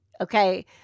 okay